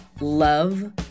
love